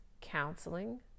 counseling